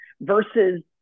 versus